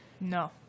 No